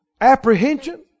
apprehension